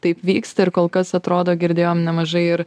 taip vyksta ir kol kas atrodo girdėjom nemažai ir